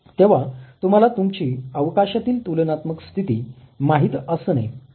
तेव्हा तुम्हाला तुमची अवकाशातील तुलनात्मक स्थिती माहित असणे आवश्यक असते